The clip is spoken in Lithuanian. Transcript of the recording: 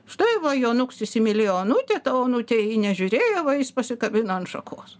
štai va jonuks įsimylėjo onutę ta onutė į jį nežiūrėjo va jis pasikabina ant šakos